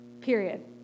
Period